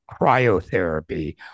cryotherapy